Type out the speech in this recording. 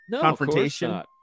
confrontation